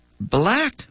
black